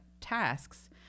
tasks